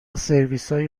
سرویسهای